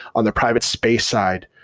on the private space side,